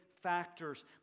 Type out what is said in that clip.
factors